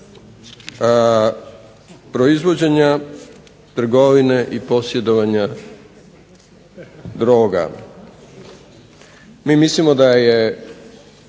proizvođenja trgovine i posjedovanja droga. Mi mislimo da je